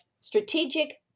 strategic